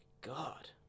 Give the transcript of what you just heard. God